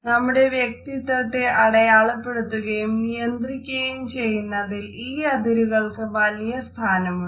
നമ്മുടെ വ്യക്തിത്വത്തെ അടയാളപ്പെടുത്തുകയും നിയന്ത്രിക്കുകയും ചെയ്യുന്നതിൽ ഈ അതിരുകൾക്ക് വലിയ സ്ഥാനമുണ്ട്